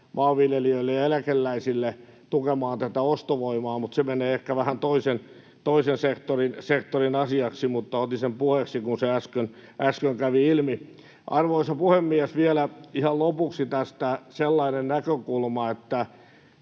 maanviljelijöille ja eläkeläisille tukemaan ostovoimaa, mutta se menee ehkä vähän toisen sektorin asiaksi. Otin sen puheeksi, kun se äsken kävi ilmi. Arvoisa puhemies! Vielä ihan lopuksi tästä sellainen näkökulma, että